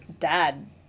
Dad